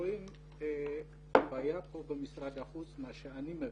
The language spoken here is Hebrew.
רואים בעיה במשרד החוץ, מה שאני מבין,